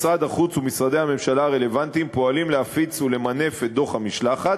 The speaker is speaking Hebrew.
משרד החוץ ומשרדי הממשלה הרלוונטיים פועלים להפיץ ולמנף את דוח המשלחת,